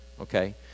Okay